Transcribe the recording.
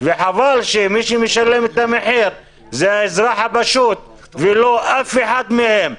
חבל שמי שמשלם את המחיר זה האזרח הפשוט ולא אף אחד מהם.